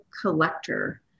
collector